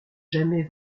jamais